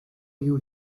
you